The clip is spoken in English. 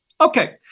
Okay